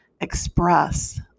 express